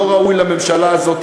לא ראוי לממשלה הזאת.